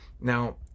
Now